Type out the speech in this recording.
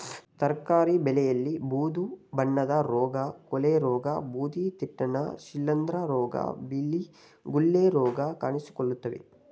ತರಕಾರಿ ಬೆಳೆಯಲ್ಲಿ ಬೂದು ಬಣ್ಣದ ರೋಗ, ಕೊಳೆರೋಗ, ಬೂದಿತಿಟ್ಟುನ, ಶಿಲಿಂದ್ರ ರೋಗ, ಬಿಳಿ ಗುಳ್ಳೆ ರೋಗ ಕಾಣಿಸಿಕೊಳ್ಳುತ್ತವೆ